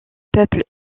peuples